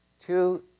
Two